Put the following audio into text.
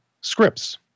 scripts